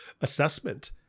assessment